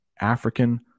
african